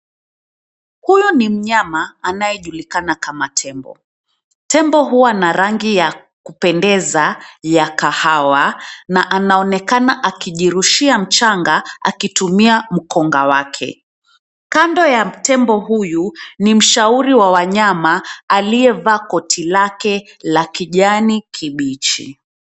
Huyu ni mnyama anayejulikana kama tembo. Tembo huwa na rangi ya kupendeza ya kahawa na anaonekana akijirushia mchanga akitumia mkonga wake, kando ya mnyama huyu ni mshauri wa wanyama aliyevaa koti lake la kijani kibichi.